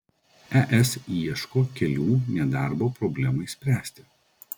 es ieško kelių nedarbo problemai spręsti